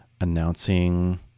announcing